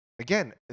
Again